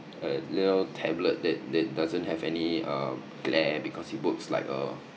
a little tablet that that doesn't have any uh glare because it works like a